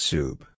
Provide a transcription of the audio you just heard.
Soup